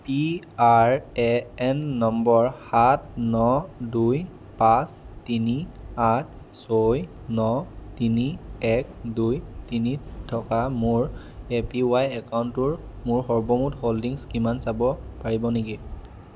P R A N number সাত ন দুই পাঁচ তিনি আঠ ছয় ন তিনি এক দুই তিনি থকা মোৰ এ পি ৱাই একাউণ্টটোৰ মোৰ সৰ্বমুঠ হোল্ডিংছ কিমান চাব পাৰিব নেকি